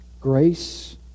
Grace